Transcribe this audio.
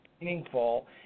meaningful